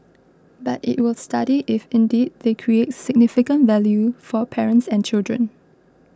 but it will study if indeed they create significant value for parents and children